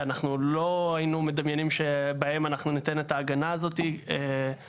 שאנחנו לא היינו מדמיינים שבהם אנחנו ניתן את ההגנה הזאת בהגדרה.